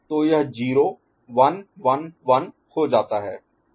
तो यह 0 1 1 1 हो जाता है